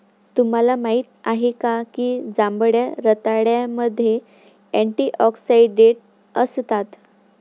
तुम्हाला माहित आहे का की जांभळ्या रताळ्यामध्ये अँटिऑक्सिडेंट असतात?